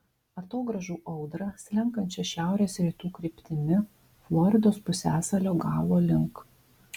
atogrąžų audrą slenkančią šiaurės rytų kryptimi floridos pusiasalio galo link